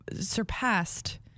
surpassed